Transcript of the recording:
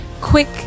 quick